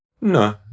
No